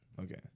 Okay